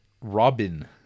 Robin